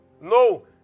No